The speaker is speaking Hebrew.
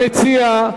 המציע,